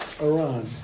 Iran